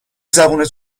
زبونت